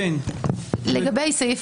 לגבי סעיף